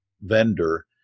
vendor